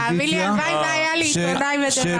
תאמין לי, הלוואי שהיה לי עיתונאי בדה-מרקר.